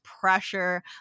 pressure